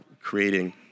creating